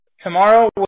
tomorrow